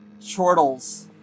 chortles